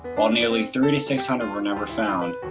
um thirty six hundred were never found.